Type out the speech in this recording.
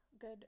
good